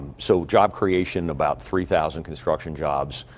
so job creation, about three thousand construction jobs.